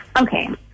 Okay